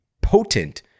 potent